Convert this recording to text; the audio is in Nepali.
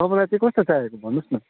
तपाईँलाई चाहिँ कस्तो चाहिएको भन्नुहोस् न